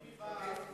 ביבי בא עם